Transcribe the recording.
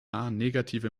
negative